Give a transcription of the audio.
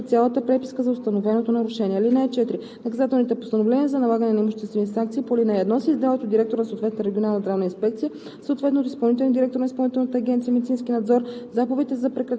писмено уведомява директора на съответната районна здравноосигурителна каса и му изпраща цялата преписка за установеното нарушение. (4) Наказателните постановления за налагане на имуществена санкция по ал. 1 се издават от директора на съответната регионална здравна инспекция,